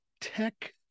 Tech